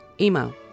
Email